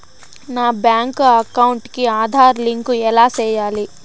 నా bank account కి Aadhaar link ఎలా సేయాలి